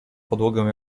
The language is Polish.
podłogę